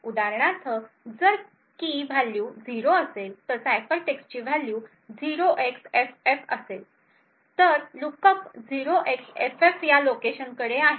उदाहरणार्थ जर की व्हॅल्यू 0 असेल तर सायफरटेक्स्टचे व्हॅल्यू 0xFF असेल तर लूकअप 0xFF या लोकेशनकडे आहे